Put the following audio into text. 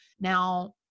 Now